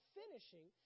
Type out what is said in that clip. finishing